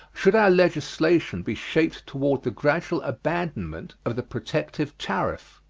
should our legislation be shaped toward the gradual abandonment of the protective tariff?